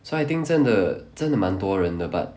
so I think 真的真的蛮多人的 but